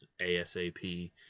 ASAP